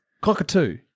Cockatoo